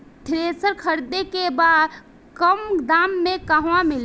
Thresher खरीदे के बा कम दाम में कहवा मिली?